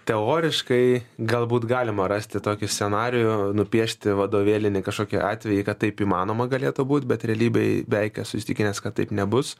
teoriškai galbūt galima rasti tokį scenarijų nupiešti vadovėlinį kažkokį atvejį kad taip įmanoma galėtų būt bet realybėj beveik esu įsitikinęs kad taip nebus